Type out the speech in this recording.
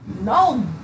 No